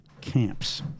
camps